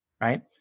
right